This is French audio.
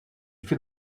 fit